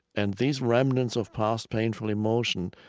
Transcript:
and these remnants of past painful emotion